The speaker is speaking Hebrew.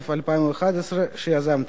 התשע"א 2011, שיזמתי.